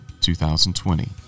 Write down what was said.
2020